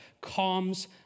calms